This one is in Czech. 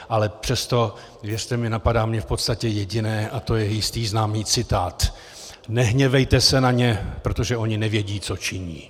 Ale přesto, věřte mi, napadá mě v podstatě jediné, a to je jistý známý citát: Nehněvejte se na ně, protože oni nevědí, co činí.